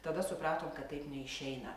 tada supratom kad taip neišeina